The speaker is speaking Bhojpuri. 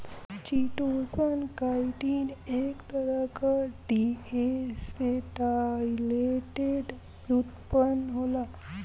चिटोसन, काइटिन क एक तरह क डीएसेटाइलेटेड व्युत्पन्न होला